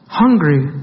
hungry